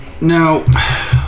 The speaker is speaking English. Now